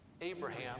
abraham